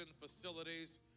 facilities